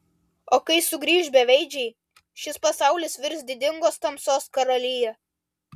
o kai sugrįš beveidžiai šis pasaulis virs didingos tamsos karalija